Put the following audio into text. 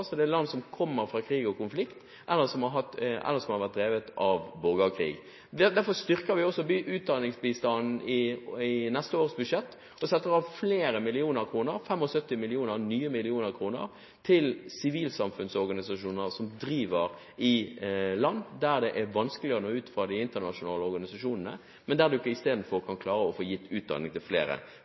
krig og konflikt, eller land med borgerkrig. Derfor styrker vi også utdanningsbistanden i neste års budsjett og setter av flere millioner kroner – 75 nye millioner kroner – til sivilsamfunnsorganisasjoner som driver i land der det er vanskelig å nå ut for de internasjonale organisasjonene, men der du istedenfor kan klare å få gitt utdanning til flere.